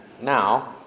now